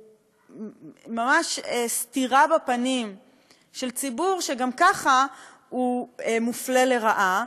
ממש סטירה בפנים של ציבור שגם ככה מופלה לרעה,